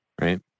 right